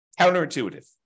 Counterintuitive